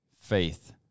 Faith